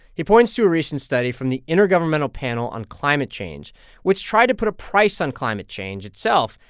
he points to a recent study from the intergovernmental panel on climate change which tried to put a price on climate change itself.